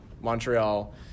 Montreal